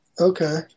Okay